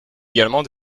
également